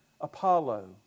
Apollo